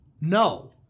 No